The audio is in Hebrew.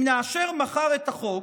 אם נאשר מחר את החוק